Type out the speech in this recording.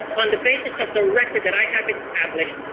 on the basis of the record that i have established,